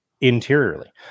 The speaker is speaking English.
interiorly